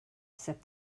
said